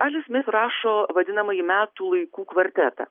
ali smis rašo vadinamąjį metų laikų kvartetą